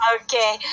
Okay